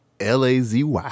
Lazy